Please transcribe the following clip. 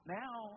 now